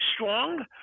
strong